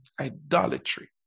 idolatry